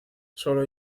solo